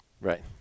Right